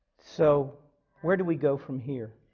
so where do we go from here?